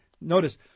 Notice